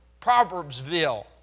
Proverbsville